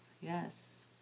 Yes